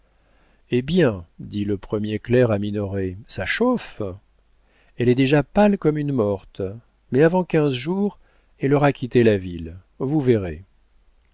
eh bien dit le premier clerc à minoret ça chauffe elle est déjà pâle comme une morte mais avant quinze jours elle aura quitté la ville vous verrez